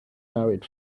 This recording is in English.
married